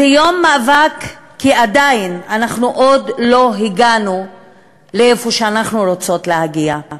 זה יום מאבק כי עדיין לא הגענו לאן שאנחנו רוצות להגיע.